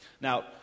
Now